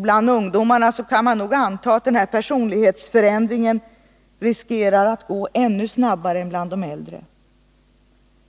Bland ungdomarna kan man anta att det är risk för att den här personlighetsförändringen går ännu snabbare än bland de äldre.